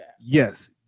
Yes